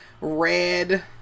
red